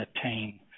attain